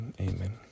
amen